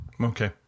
okay